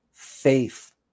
faith